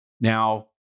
Now